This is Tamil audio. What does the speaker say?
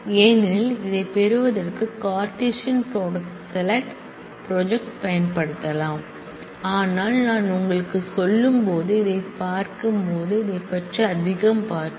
ஏனெனில் இதைப் பெறுவதற்கு கார்ட்டீசியன் ப்ராடக்ட் செலக்ட் ப்ராஜெக்ட் பயன்படுத்தலாம் ஆனால் நான் உங்களுக்குச் சொல்லும்போது இதைப் பார்க்கும்போது இதைப் பற்றி அதிகம் பார்ப்போம்